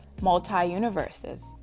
multi-universes